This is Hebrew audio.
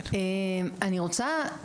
אני רוצה,